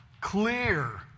clear